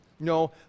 No